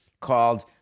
called